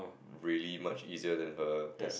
really much easier than her test